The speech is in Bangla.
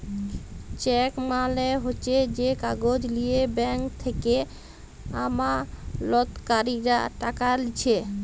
চেক মালে হচ্যে যে কাগজ লিয়ে ব্যাঙ্ক থেক্যে আমালতকারীরা টাকা লিছে